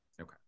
Okay